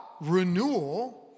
renewal